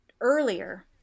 earlier